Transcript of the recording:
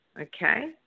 Okay